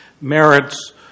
merits